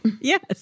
Yes